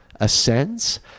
ascends